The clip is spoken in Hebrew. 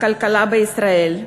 הכלכלה בישראל.